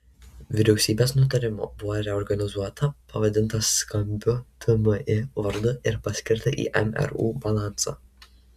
vyriausybės nutarimu buvo reorganizuota pavadinta skambiu tmi vardu ir paskirta į mru balansą